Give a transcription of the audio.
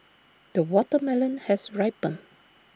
the watermelon has ripened